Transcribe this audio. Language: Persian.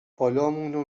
بالامونو